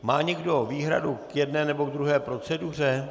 Má někdo výhradu k jedné nebo ke druhé proceduře?